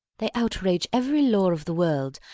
they outrage every law of the world,